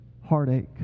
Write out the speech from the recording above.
heartache